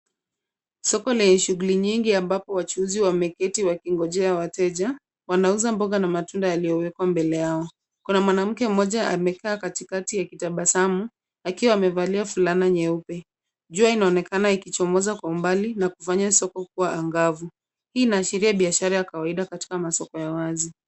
Soko lenye shughuli nyingi ambapo wachuuzi wameketi wakingojea, wateja wanauza mboga na matunda walioweka mbele yao. Kuna mwanamke mmoja amekaa katikati akitabasamu akiwa amevalia fulana ni nyeupe. Jua inaonekana ikichomoza kwa umbali na kufanya soka kuwa angavu. Hii inaashiria biashara ya kawaida katika masoko wazi.